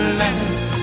last